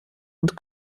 und